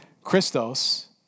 Christos